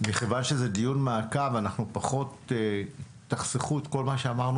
מכיוון שזהו דיון מעקב תחסכו את כל מה שאמרנו